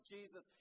Jesus